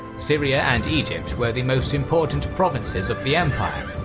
syria and egypt were the most important provinces of the empire,